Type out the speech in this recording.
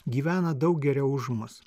gyvena daug geriau už mus